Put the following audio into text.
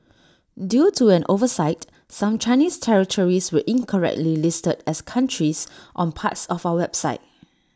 due to an oversight some Chinese territories were incorrectly listed as countries on parts of our website